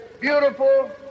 beautiful